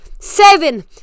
Seven